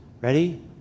Ready